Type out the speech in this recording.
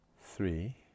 Three